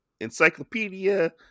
encyclopedia